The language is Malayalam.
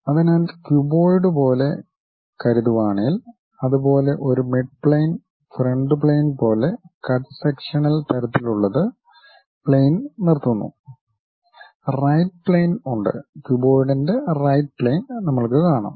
അതിനാൽക്യൂബോയിഡ് പോലെ കരുതുവാണേൽ അതുപോലെ ഒരു മിഡ്പ്ളെയിൻ ഫ്രണ്ട് പ്ളെയിൻ പോലെ കട്ട് സെക്ഷണൽ തരത്തിലുള്ളത് പ്ളെയിൻ നിർത്തുന്നുറൈറ്റ് പ്ളെയിൻ ഉണ്ട് ക്യൂബോയിടിൻ്റെ റൈറ്റ് പ്ളെയിൻ നമ്മൾക്കു കാണാം